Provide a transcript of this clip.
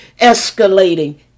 escalating